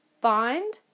find